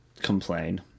complain